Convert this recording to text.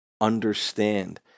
Understand